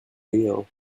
reel